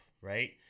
right